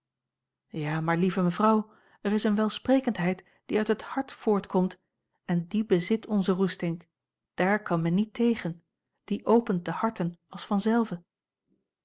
ja maar lieve mevrouw er is eene welsprekendheid die uit het hart voortkomt en die bezit onze roestink dààr kan men niet tegen die opent de harten als vanzelve